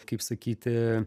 kaip sakyti